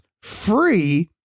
free